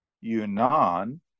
Yunnan